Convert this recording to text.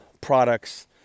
products